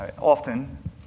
Often